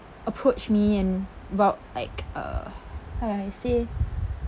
approached me and about like uh how I say